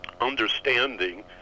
understanding